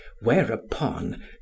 Whereupon